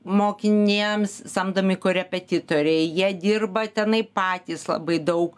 mokiniams samdomi korepetitoriai jie dirba tenai patys labai daug